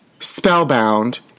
Spellbound